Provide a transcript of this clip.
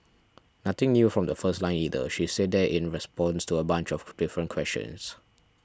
nothing new from the first line either she's said that in response to a bunch of different questions